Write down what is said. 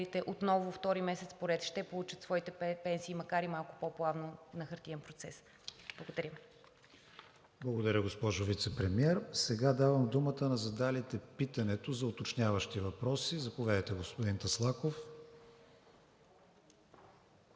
отново, втори месец поред, ще получат своите пенсии, макар и малко по-плавно, на хартиен процес. Благодаря. ПРЕДСЕДАТЕЛ КРИСТИАН ВИГЕНИН: Благодаря, госпожо Вицепремиер. Сега давам думата на задалите питането за уточняващи въпроси. Заповядайте, господин Таслаков.